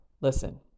listen